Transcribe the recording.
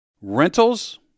rentals